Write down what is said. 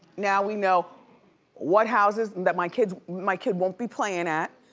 now we know what houses that my kid my kid won't be playin' at.